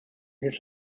his